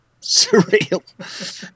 surreal